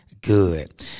good